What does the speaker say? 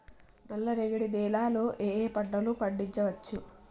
నల్లరేగడి నేల లో ఏ ఏ పంట లు పండించచ్చు?